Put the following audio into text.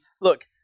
look